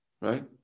right